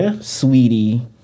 sweetie